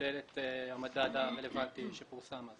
שכולל את המדד הרלוונטי שפורסם.